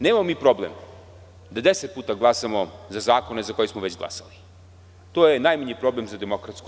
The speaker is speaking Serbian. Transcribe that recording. Nemamo mi problem da deset puta glasamo za zakone za koje smo već glasali, to je najmanji problem za DS.